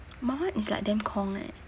my one is like damn 空 eh